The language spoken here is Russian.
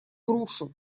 грушу